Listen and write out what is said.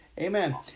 Amen